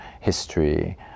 history